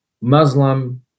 Muslim